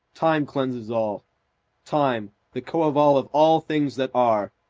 time cleanses all time, the coeval of all things that are.